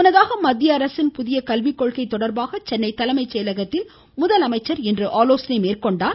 முன்னதாக மத்திய அரசின் புதிய கல்விக்கொள்கை தொடர்பாக சென்னை தலைமைச் செயலகத்தில் முதலமைச்சர் இன்று ஆலோசனை மேற்கொண்டார்